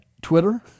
Twitter